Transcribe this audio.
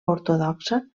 ortodoxa